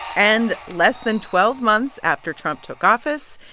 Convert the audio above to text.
and less than twelve months after trump took office,